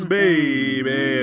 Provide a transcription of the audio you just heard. baby